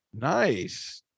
Nice